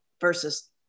versus